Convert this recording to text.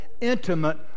intimate